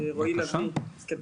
רועי לביא והוא ידבר.